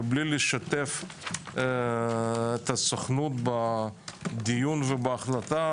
ובלי לשתף את הסוכנות בדיון ובהחלטה,